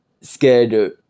scared